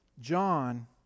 John